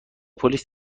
پلیس